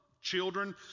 children